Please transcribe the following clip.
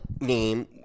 name